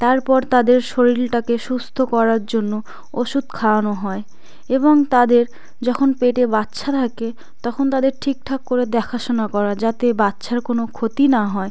তারপর তাদের শরীরটাকে সুস্থ করার জন্য ওষুধ খাওয়ানো হয় এবং তাদের যখন পেটে বাচ্চা থাকে তখন তাদের ঠিকঠাক করে দেখাশোনা করা যাতে বাচ্চার কোনো ক্ষতি না হয়